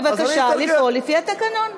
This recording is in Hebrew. אז בבקשה לפעול לפי התקנון.